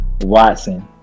Watson